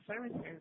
services